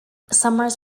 summers